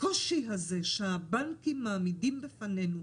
הקושי הזה שהבנקים מעמידים בפנינו,